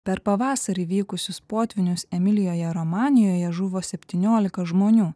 per pavasarį vykusius potvynius emilijoje romanijoje žuvo septyniolika žmonių